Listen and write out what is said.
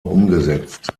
umgesetzt